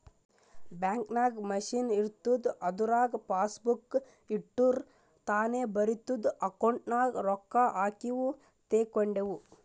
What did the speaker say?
bank ನಾಗ್ machine ಇರ್ತುದ್ ಅದುರಾಗ್ ಪಾಸಬುಕ್ ಇಟ್ಟುರ್ ತಾನೇ ಬರಿತುದ್ ಅಕೌಂಟ್ ನಾಗ್ ರೊಕ್ಕಾ ಹಾಕಿವು ತೇಕೊಂಡಿವು